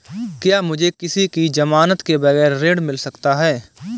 क्या मुझे किसी की ज़मानत के बगैर ऋण मिल सकता है?